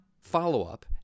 follow-up